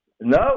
No